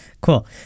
cool